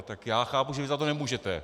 Tak já chápu, že vy za to nemůžete.